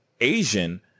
Asian